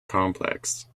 complex